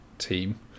team